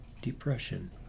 Depression